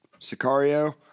Sicario